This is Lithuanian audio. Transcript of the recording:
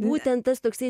būtent tas toksai